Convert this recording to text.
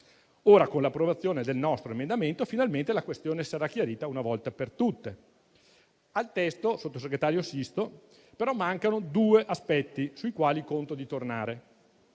Ora, con l'approvazione del nostro emendamento, finalmente la questione sarà chiarita una volta per tutte. Tuttavia, signor vice ministro Sisto, al testo mancano due aspetti sui quali conto di tornare: